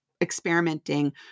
experimenting